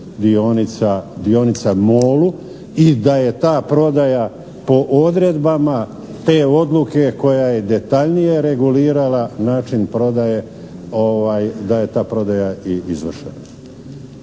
dionica Molu, da je ta prodaja po odredbama te odluke koja je detaljnije regulirala način prodaje, da je ta prodaja i izvršena.